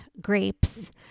grapes